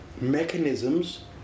mechanisms